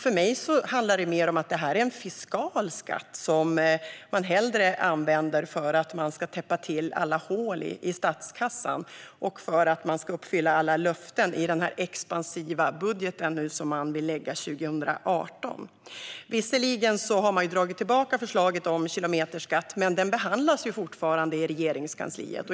För mig är detta snarare en fiskal skatt, som man använder för att täppa till alla hål i statskassan och för att uppfylla alla löften i den expansiva budget som man vill lägga fram 2018. Visserligen har man dragit tillbaka förslaget om kilometerskatt, men det behandlas fortfarande i Regeringskansliet.